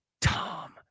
Tom